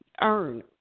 earn